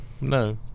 No